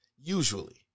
usually